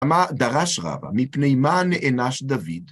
מה דרש רבא? מפני מה נענש דוד?